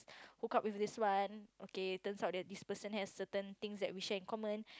hook up with this one okay turns out that this person has certain things that we share in common